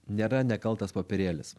nėra nekaltas popierėlis